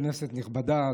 כנסת נכבדה,